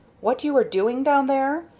what you are doing down there?